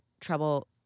trouble